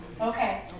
Okay